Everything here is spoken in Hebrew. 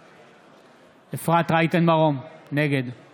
נגד אפרת רייטן מרום, נגד